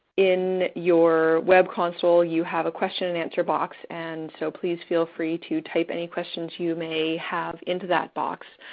in your web console, you have a question-and-answer box. and so, please feel free to type any questions you may have into that box.